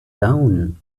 down